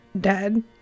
dead